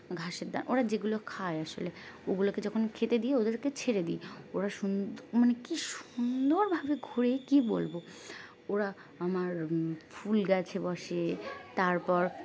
ঘাসের দাম ওরা যেগুলো খায় আসলে ওগুলোকে যখন খেতে দিয়ে ওদেরকে ছেড়ে দিই ওরা সুন্ মানে কি সুন্দরভাবে ঘোরে কি বলবো ওরা আমার ফুল গাছে বসে তারপর